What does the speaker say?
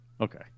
Okay